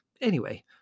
Anyway